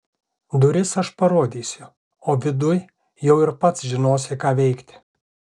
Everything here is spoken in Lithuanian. duris aš parodysiu o viduj jau ir pats žinosi ką veikti